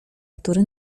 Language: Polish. który